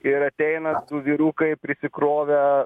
ir ateina vyrukai prisikrovę